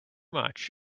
much